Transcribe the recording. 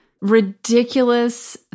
Ridiculous